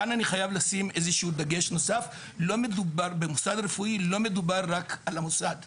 כאן אני חייב לשים דגש נוסף לא מדובר רק על המוסד הרפואי,